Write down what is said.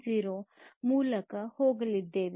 0 ಮೂಲಕ ಹೋಗಲಿದ್ದೇವೆ